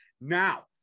now